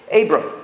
Abram